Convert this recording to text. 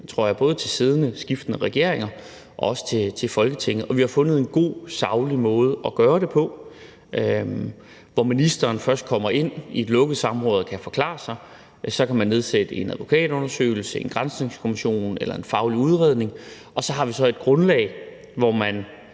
både til skiftende siddende regeringer og også til Folketinget. Vi har fundet en god, saglig måde at gøre det på, hvor ministeren først kommer ind i et lukket samråd og kan forklare sig. Så kan man nedsætte en advokatundersøgelse, en granskningskommission eller en faglig udredning, og så har vi så et grundlag, hvor man